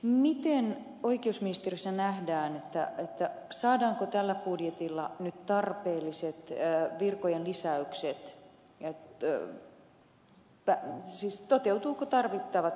miten oikeusministeriössä nähdään saadaanko tällä budjetilla nyt tarpeelliset virkojen lisäykset siis toteutuvatko tarvittavat lisäykset